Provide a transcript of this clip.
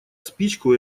спичку